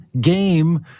game